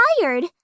tired